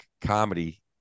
comedy